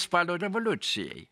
spalio revoliucijai